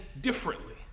differently